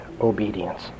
obedience